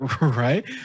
Right